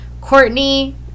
Courtney